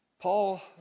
Paul